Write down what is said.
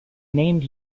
named